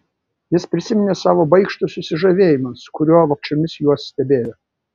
jis prisiminė savo baikštų susižavėjimą su kuriuo vogčiomis juos stebėjo